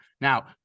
Now